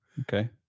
Okay